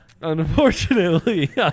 Unfortunately